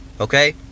okay